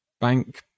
bank